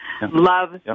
love